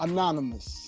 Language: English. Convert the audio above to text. Anonymous